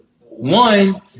one